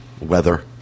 weather